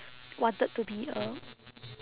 wanted to be a